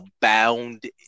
bound